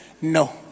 no